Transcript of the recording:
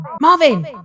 Marvin